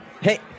Hey